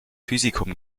physikum